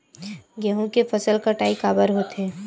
गेहूं के फसल कटाई काबर होथे?